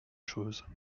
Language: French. choses